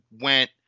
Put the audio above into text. went